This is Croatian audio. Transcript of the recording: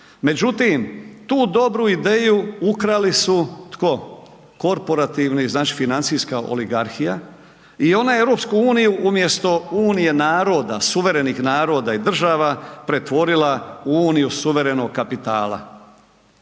međutim, tu dobru ideju ukrali su, tko? Korporativni, znači financijska oligarhija i ona je EU umjesto unije naroda, suverenih naroda i država, pretvorila u uniju suverenog kapitala.